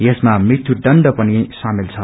यसमा मृत्यु दण्ड पनि ख्शमेल छ